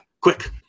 quick